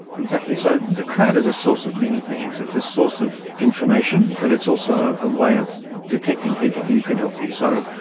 exactly. so the crowd is a source of many things, it's a source of information, but it's also a way of detecting people who can help you. so,